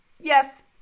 Yes